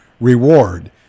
Reward